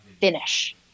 finish